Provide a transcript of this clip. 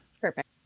Perfect